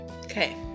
okay